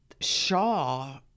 Shaw